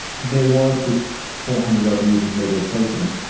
there was this four hundred odd years of legal precedent.